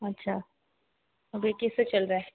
अच्छा अभी कैसे चल रहा है